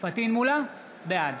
בעד